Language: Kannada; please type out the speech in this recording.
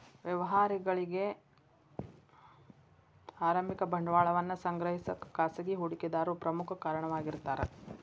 ವ್ಯವಹಾರಗಳಿಗಿ ಆರಂಭಿಕ ಬಂಡವಾಳವನ್ನ ಸಂಗ್ರಹಿಸಕ ಖಾಸಗಿ ಹೂಡಿಕೆದಾರರು ಪ್ರಮುಖ ಕಾರಣವಾಗಿರ್ತಾರ